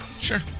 Sure